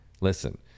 listen